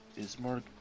Ismark